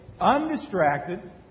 undistracted